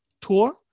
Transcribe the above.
tour